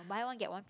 buy one get one